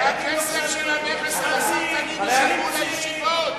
בכסף של המכס על הסרטנים תשלמו לישיבות.